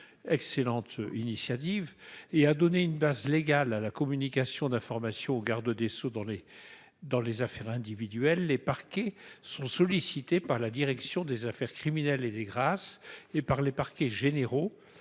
excellente initiative ! -et qui a donné une base légale à la communication d'informations au garde des sceaux sur les affaires individuelles, les parquets sont sollicités par la direction des affaires criminelles et des grâces et par les parquets généraux